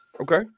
Okay